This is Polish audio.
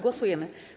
Głosujemy.